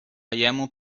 jemu